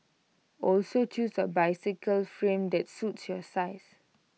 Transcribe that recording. also choose A bicycle frame that suits your size